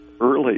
early